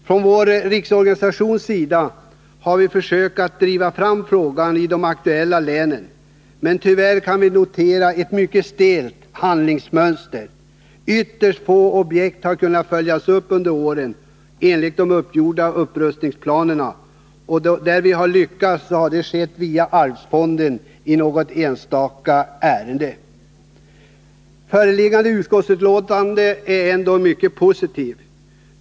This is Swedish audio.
Från vår riksorganisations sida har vi försökt driva fram frågan i de aktuella länen, men vi kan tyvärr notera ett mycket stelt handläggningsmönster. Ytterst få objekt har under åren kunnat följas upp enligt de uppgjorda upprustningsplanerna — när vi har lyckats har det skett via arvsfonden i något enstaka ärende. Det föreliggande utskottsbetänkandet är ändå mycket positivt.